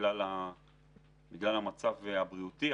בגלל המצב הבריאותי,